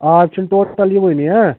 آب چھُنہٕ ٹوٹَل یِوانٕے